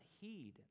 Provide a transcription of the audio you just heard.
heed